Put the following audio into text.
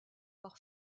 par